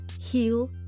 heal